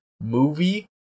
movie